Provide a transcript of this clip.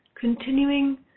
continuing